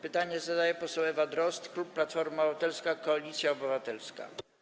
Pytanie zadaje poseł Ewa Drozd, klub Platforma Obywatelska - Koalicja Obywatelska.